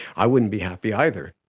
i wouldn't be happy either.